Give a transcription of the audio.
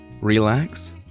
relax